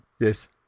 Yes